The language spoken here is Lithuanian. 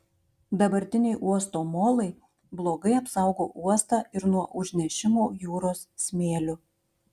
dabartiniai uosto molai blogai apsaugo uostą ir nuo užnešimo jūros smėliu